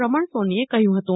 રમણ સોનીએ કહ્યું હતું